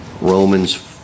Romans